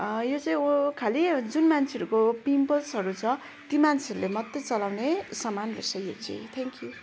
यो चाहिँ हो खालि जुन मान्छेहरूको पिम्पल्सहरू छ ती मान्छेहरूले मात्रै चलाउने सामान रहेछ यो चाहिँ थ्याङ्क यू